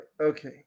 okay